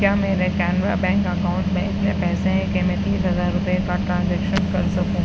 کیا میرے Canara bank account میں اتنے پیسے ہیں کہ میں تیس ہزار روپئے کا ٹرانزیکشن کر سکوں